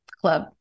club